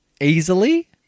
Easily